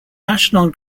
national